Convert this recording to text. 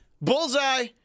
bullseye